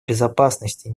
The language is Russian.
безопасности